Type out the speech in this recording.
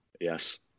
Yes